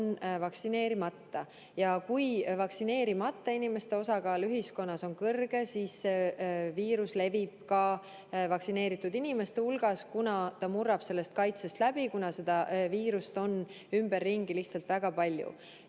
vaktsineerimata ja kui vaktsineerimata inimeste osakaal ühiskonnas on kõrge, siis viirus levib ka vaktsineeritud inimeste hulgas, kuna ta murrab sellest kaitsest läbi, kuna viirust on ümberringi lihtsalt väga palju.